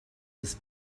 has